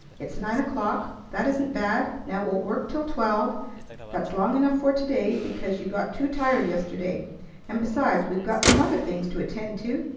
it's nine o'clock. that isn't bad. now we'll work till twelve that's long enough for to-day, because you got too tired yesterday and, besides, we've got some other things to attend to.